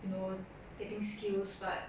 you know getting skills but